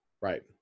right